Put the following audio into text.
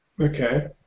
Okay